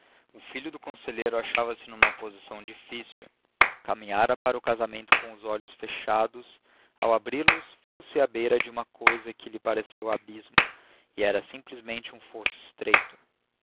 o filho do conselheiro achava-se numa posição difícil caminhara para o casamento com os olhos fechados ao abri los viu-se à beira de uma coisa que lhe pareceu abismo e era simplesmente um fosso estreito